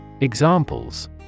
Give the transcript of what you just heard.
Examples